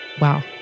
wow